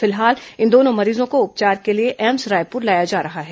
फिलहाल इन दोनों मरीजों को उपचार के लिए एम्स रायपुर लाया जा रहा है